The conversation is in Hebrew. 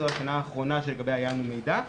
שזו השנה האחרונה לגביה היה לנו מידע,